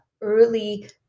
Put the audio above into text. early